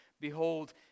Behold